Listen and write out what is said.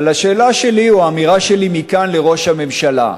אבל השאלה שלי, או האמירה שלי מכאן לראש הממשלה: